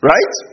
Right